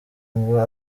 ngo